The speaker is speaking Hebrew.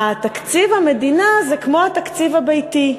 תקציב המדינה הוא כמו התקציב הביתי.